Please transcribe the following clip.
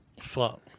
Fuck